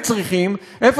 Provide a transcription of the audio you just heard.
איפה הם צריכים להיות ממוקמים?